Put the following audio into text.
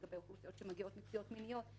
לגבי אוכלוסיות שמגיעות מפגיעות מיניות,